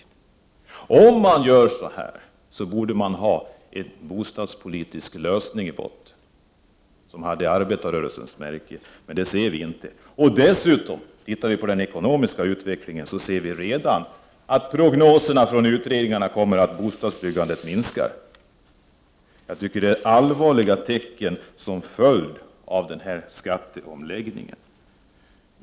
Om man verkligen skall göra på det här sättet, borde man ha en bostadspolitisk lösning i botten som har arbetarrörelsens märke — men det ser vi inte. Dessutom: tittar vi på den ekonomiska utvecklingen så ser vi redan att prognoserna från utredningarna säger att bostadsbyggandet kommer att minska. Jag tycker det är allvarliga tecken som följd av denna skatteomläggning.